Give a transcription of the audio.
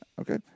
Okay